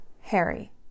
Harry